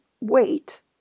wait